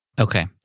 Okay